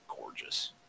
gorgeous